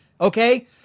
Okay